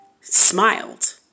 smiled